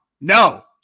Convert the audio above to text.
no